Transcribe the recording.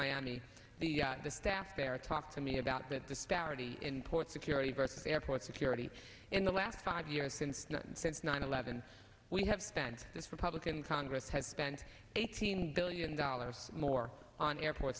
miami the staff there talked to me about the disparity in port security versus airport security in the last five years since you know since nine eleven we have been this republican congress has spent eighteen billion dollars more on airport